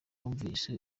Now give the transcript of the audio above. wumvise